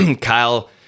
Kyle